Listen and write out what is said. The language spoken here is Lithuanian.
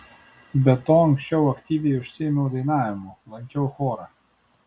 be to anksčiau aktyviai užsiėmiau dainavimu lankiau chorą